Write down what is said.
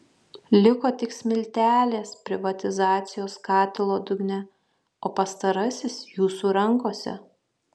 liko tik smiltelės privatizacijos katilo dugne o pastarasis jūsų rankose